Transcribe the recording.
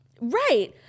Right